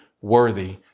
worthy